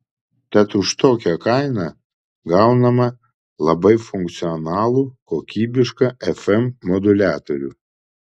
tad už tokią kainą gauname labai funkcionalų kokybišką fm moduliatorių